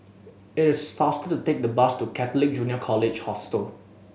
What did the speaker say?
it is faster to take the bus to Catholic Junior College Hostel